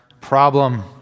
problem